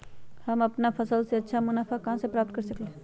हम अपन फसल से अच्छा मुनाफा कहाँ से प्राप्त कर सकलियै ह?